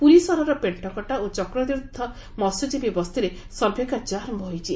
ପୁରୀ ସହରର ପେଣୁକଟା ଓ ଚକ୍ରତୀର୍ଥ ମସ୍ୟଜୀବୀ ବସ୍ତିରେ ସଭେକାର୍ଯ୍ୟ ଆର ହୋଇଛି